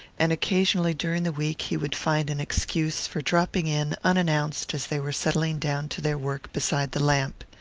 and occasionally during the week he would find an excuse for dropping in unannounced as they were settling down to their work beside the lamp.